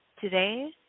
today